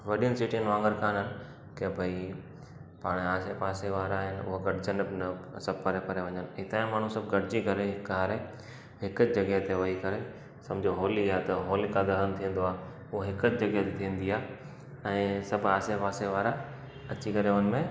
वॾनि सिटियुनि वांॻुरु कोन आहिनि कि भई पाण आसे पासे वारा आहिनि उहा गॾिजनि बि न सभु परे परे वञनि हिते जा माण्हू सभु गॾिजी करे सारे हिक जॻहि ते वेही करे सम्झो होली आहे त होलिका दहन थींदो आहे पोइ हिकु जॻहि ते थींदी आहे ऐं सभु आसे पासे वारा अची करे हुनमें